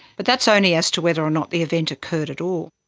but that's only as to whether or not the event occurred at all.